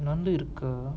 நண்டு இருக்கா:nandu irukkaa